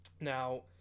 Now